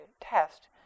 test